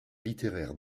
littéraires